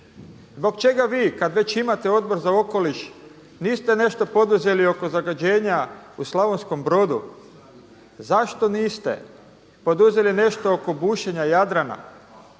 Zbog čega vi kad već imate Odbor za okoliš niste nešto poduzeli oko zagađenja u Slavonskom Brodu, zašto niste poduzeli nešto oko bušenja Jadrana?